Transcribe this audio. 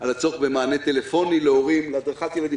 על הצורך במענה טלפוני להורים ולהדרכת ילדים.